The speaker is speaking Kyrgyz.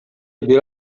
бир